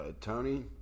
Tony